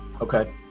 Okay